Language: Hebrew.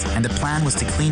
ש"אחרי המעשים נמשכים